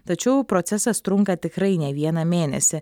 tačiau procesas trunka tikrai ne vieną mėnesį